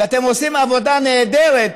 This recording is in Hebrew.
ואתם עושים עבודה נהדרת,